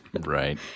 Right